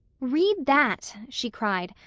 read that, she cried,